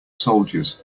soldiers